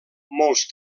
molts